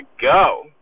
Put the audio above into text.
go